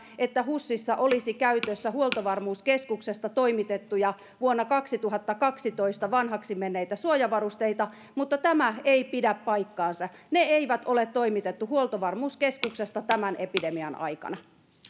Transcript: että husissa olisi käytössä huoltovarmuuskeskuksesta toimitettuja vuonna kaksituhattakaksitoista vanhaksi menneitä suojavarusteita mutta tämä ei pidä paikkaansa niitä ei ole toimitettu huoltovarmuuskeskuksesta tämän epidemian aikana